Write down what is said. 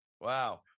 Wow